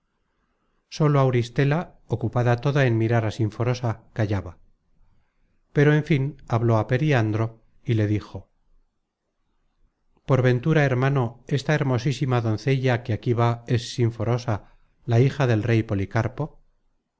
sólo auristela ocupada toda en mirar á sinforosa callaba pero en fin habló á periandro y le content from google book search generated at es m nosa dijo por ventura hermano esta hermosísima doncella que aquí va es sinforosa la hija del rey policarpo